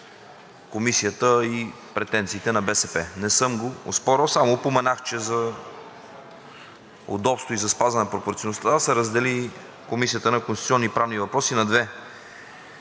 комисията и претенциите на БСП. Не съм го оспорвал, само упоменах, че за удобство и за спазване на пропорционалността се раздели Комисията на конституционни и правни въпроси на две.